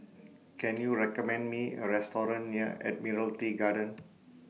Can YOU recommend Me A Restaurant near Admiralty Garden